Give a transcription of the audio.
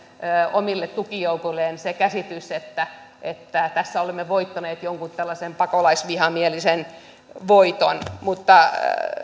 omille tukijoukoille se käsitys että että tässä olemme voittaneet jonkun tällaisen pakolaisvihamielisen voiton mutta